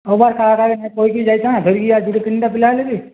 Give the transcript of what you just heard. ହଉ ବା କାହା ଯାଇଥା ଧରିକି ଦୁଇଟା ତିନିଟା ପିଲା ହେଲେବି